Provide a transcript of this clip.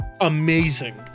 amazing